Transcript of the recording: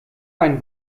ein